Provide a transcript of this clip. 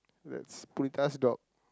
that's Punitha's dog